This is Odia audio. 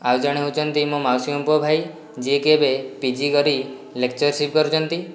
ଆଉ ଜଣେ ହେଉଛନ୍ତି ମୋ ମାଉସୀଙ୍କ ପୁଅ ଭାଇ ଯିଏକି ଏବେ ପିଜି କରି ଲେକ୍ଚରସିପ୍ କରୁଛନ୍ତି